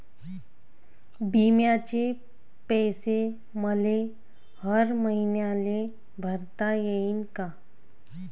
बिम्याचे पैसे मले हर मईन्याले भरता येईन का?